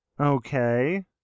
Okay